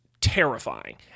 Terrifying